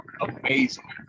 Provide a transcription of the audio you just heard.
amazing